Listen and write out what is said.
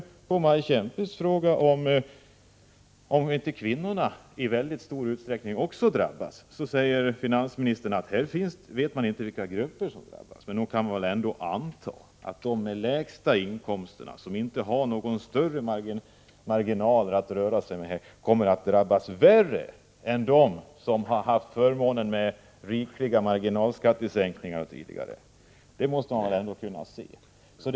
På Maj Kempes fråga om inte också kvinnorna i väldigt stor utsträckning drabbas svarar finansministern att man inte vet vilka grupper som drabbas. Men nog kan man väl ändå anta att de som har de lägsta inkomsterna, de som inte har några större marginaler att röra sig med, kommer att drabbas värre än de som tidigare har haft förmånen av rikliga marginalskattesänkningar. Det måste man väl ändå kunna förutsätta.